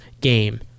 game